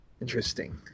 Interesting